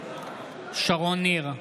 שרון ניר,